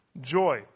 joy